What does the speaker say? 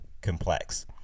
complex